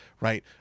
right